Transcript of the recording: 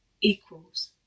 Equals